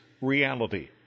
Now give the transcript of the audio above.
reality